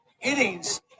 innings